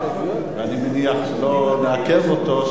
ואני מניח שלא נעכב אותו,